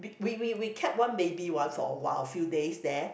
we we we catch one baby one for a while few days there